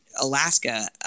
Alaska